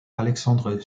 alexandre